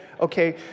okay